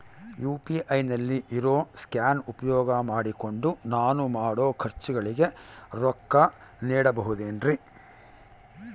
UPI ನಲ್ಲಿ ಇರೋ scan ಉಪಯೋಗ ಮಾಡಿಕೊಂಡು ನಾನು ಮಾಡೋ ಖರ್ಚುಗಳಿಗೆ ರೊಕ್ಕ ನೇಡಬಹುದೇನ್ರಿ?